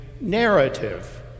narrative